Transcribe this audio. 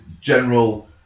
general